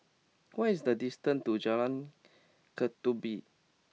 what is the distance to Jalan Ketumbit